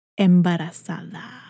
Embarazada